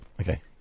Okay